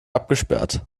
abgesperrt